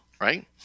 right